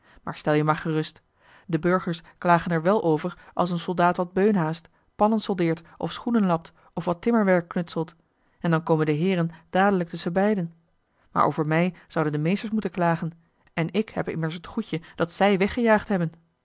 maar stel je maar gerust de burgers klagen er wel over als een soldaat wat beunhaast pannen soldeert of schoenen lapt of wat timmerwerk knutselt en dan komen de heeren dadelijk tusschen beiden maar over mij zouden de meesters moeten klagen en ik heb immers het goedje dat zij weggejaagd hebben